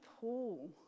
Paul